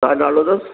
छा नालो अथसि